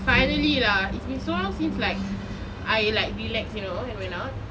finally lah it's been so long since like I like relax you know and went out